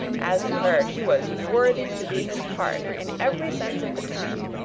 as to her, she was worthy to be his partner in every sense of the term.